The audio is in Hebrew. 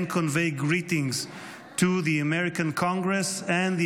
and convey greetings to the American Congress and the